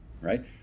right